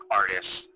artists